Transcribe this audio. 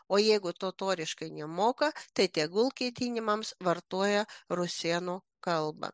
o jeigu totoriškai nemoka tai tegul ketinimams vartoja rusėnų kalbą